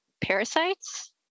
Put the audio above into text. parasites